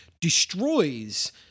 destroys